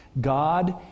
God